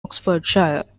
oxfordshire